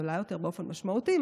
זולה יותר באופן משמעותי,